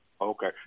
Okay